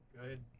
Good